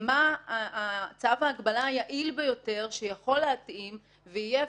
מהו צו ההגבלה היעיל ביותר שיכול להתאים ויהיה אפקטיבי,